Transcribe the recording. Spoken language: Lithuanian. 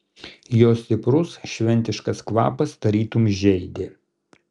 jo stiprus šventiškas kvapas tarytum žeidė